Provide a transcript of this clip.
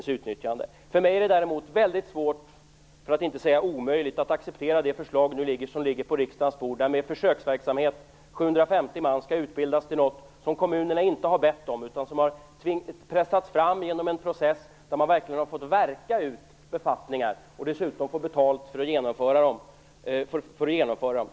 För mig är det däremot väldigt svårt, för att inte säga omöjligt, att acceptera det förslag som nu ligger på riksdagens bord och som innebär en försöksverksamhet där 750 man skall utbildas till något som kommunerna inte har bett om utan som har pressats fram genom en process där man verkligen har fått värka fram befattningar. Dessutom får de betalt för att genomföra förslaget.